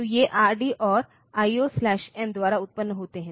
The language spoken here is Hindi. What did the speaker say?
तो ये RD और IO M द्वारा उत्पन्न होते हैं